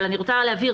אבל אני רוצה להבהיר,